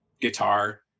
guitar